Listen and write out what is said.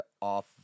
off